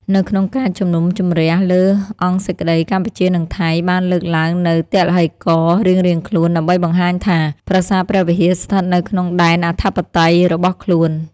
នៅក្នុងការជំនុំជម្រះលើអង្គសេចក្ដី កម្ពុជានិងថៃ បានលើកឡើងនូវទឡ្ហីកររៀងៗខ្លួន ដើម្បីបង្ហាញថា ប្រាសាទព្រះវិហារស្ថិតនៅក្នុងដែនអធិបតេយ្យរបស់ខ្លួន។